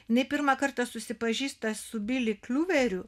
jinai pirmą kartą susipažįsta su bili kliuveriu